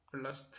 plus